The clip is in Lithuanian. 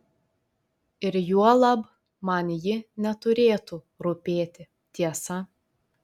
ir juolab man ji neturėtų rūpėti tiesa